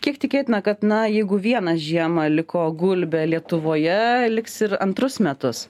kiek tikėtina kad na jeigu vieną žiemą liko gulbė lietuvoje liks ir antrus metus